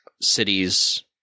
cities